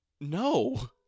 no